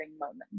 moment